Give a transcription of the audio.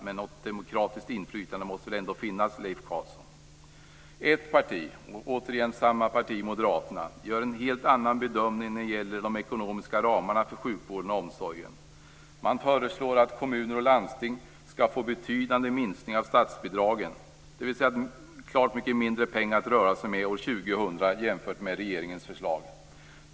Men något demokratiskt inflytande måste väl ändå finnas, Leif Carlson? Ett parti - återigen detsamma, Moderaterna - gör en helt annan bedömning när det gäller de ekonomiska ramarna för sjukvården och omsorgen. Man föreslår att kommuner och landsting skall få en betydande minskning av statsbidragen, dvs. de får klart mycket mindre pengar att röra sig med år 2000 jämfört med vad regeringens förslag innebär.